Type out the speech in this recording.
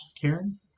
Karen